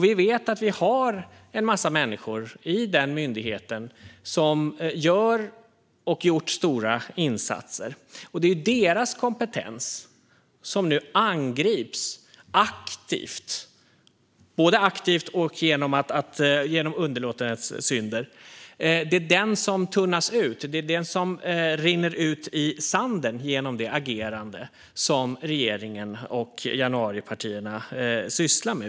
Vi vet att det finns en massa människor i myndigheten som gör och har gjort stora insatser. Det är deras kompetens som nu angrips både aktivt och genom underlåtenhetssynder. Det är den kompetensen som tunnas ut. Det är den kompetensen som rinner ut i sanden genom regeringens och januaripartiernas agerande.